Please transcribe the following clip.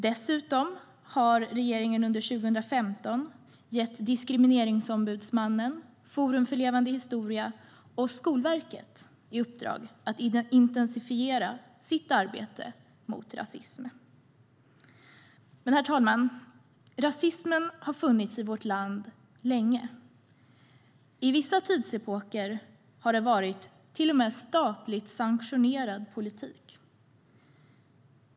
Dessutom har regeringen under 2015 gett Diskrimineringsombudsmannen, Forum för levande historia och Skolverket i uppdrag att intensifiera sitt arbete mot rasism. Men, herr talman, rasismen har funnits i vårt land länge. I vissa tidsepoker har det till och med varit en statligt sanktionerad politik.